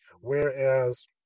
Whereas